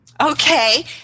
Okay